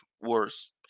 worse